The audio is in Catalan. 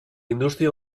indústria